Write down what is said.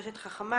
רשת חכמה,